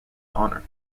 honor